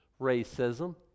Racism